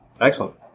Excellent